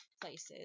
places